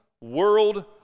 world